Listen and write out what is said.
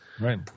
Right